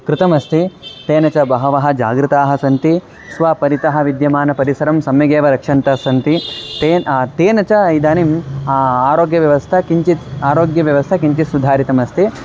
कृतमस्ति तेन च बहवः जागृताः सन्ति स्वपरितः विद्यमानं परिसरं सम्यगेव रक्षन्तः सन्ति तेन् तेन च इदानीम् आरोग्यव्यवस्था किञ्चित् आरोग्यव्यवस्था किञ्चित् सुधारितास्ति